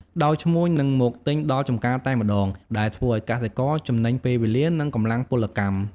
ដោយឈ្មួញនឹងមកទិញដល់ចម្ការតែម្ដង ដែលធ្វើឱ្យកសិករចំណេញពេលវេលា និងកម្លាំងពលកម្ម។